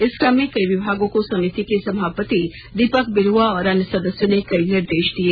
इस क्रम में कई विभागों को समिति के सभापति दीपक बिरुआ और अन्य सदस्यों ने कई निर्देश दिए